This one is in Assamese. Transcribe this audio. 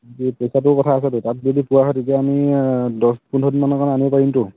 এই পইচাটোৰ কথা আছেতো তাত যদি পোৱা হয় তেতিয়া আমি দহ পোন্ধৰ দিনমানৰ কাৰণে আনিব পাৰিমতো